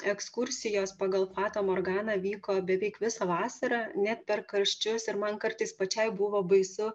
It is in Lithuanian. ekskursijos pagal fatą morganą vyko beveik visą vasarą net per karščius ir man kartais pačiai buvo baisu